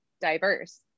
diverse